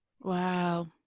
Wow